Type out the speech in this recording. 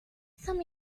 some